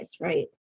right